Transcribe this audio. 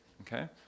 Okay